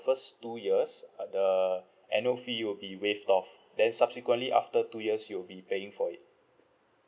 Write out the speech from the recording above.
first two years uh the annual fee will be waived off then subsequently after two years you'll be paying for it